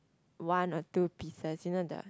one or two pieces you know the